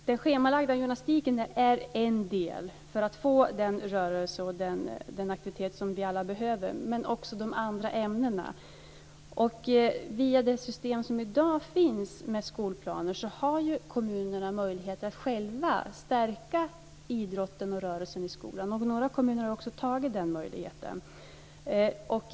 Den schemalagda gymnastiken är en del av det som ska ge den rörelse och den aktivitet som vi alla behöver, men också de andra ämnena. Via det system med skolplaner som finns i dag har kommunerna möjligheter att själva stärka idrotten och rörelsen i skolan. Några kommuner har också tagit vara på den möjligheten.